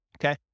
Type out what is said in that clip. okay